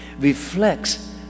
reflects